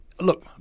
look